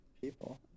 people